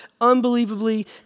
unbelievably